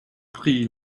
prie